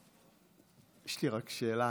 יש לי רק שאלה,